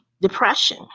depression